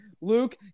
Luke